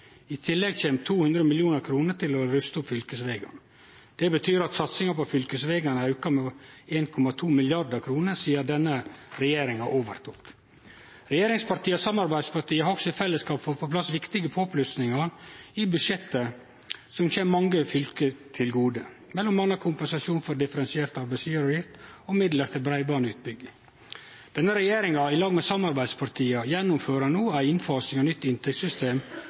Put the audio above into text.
I tillegg kjem det 200 mill. kr. til å ruste opp fylkesvegane. Det betyr at satsinga på fylkesvegane er auka med over 1,2 mrd. kr sidan denne regjeringa overtok. Regjeringspartia og samarbeidspartia har også i fellesskap fått på plass viktige påplussingar i budsjettet som kjem mange fylke til gode, m.a. kompensasjon for differensiert arbeidsgjevaravgift og midlar til breibandutbygging. Denne regjeringa, i lag med samarbeidspartia, gjennomfører no ei innfasing av nytt inntektssystem